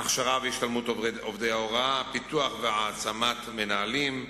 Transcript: הכשרה והשתלמות עובדי הוראה, פיתוח והעצמת מנהלים,